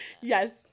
Yes